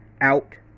out